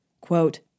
Quote